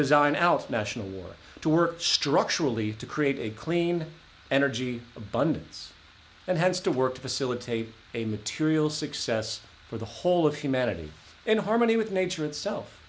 design out nationally or to work structurally to create a clean energy abundance and has to work facilitate a material success for the whole of humanity in harmony with nature itself